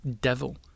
devil